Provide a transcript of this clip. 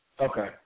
Okay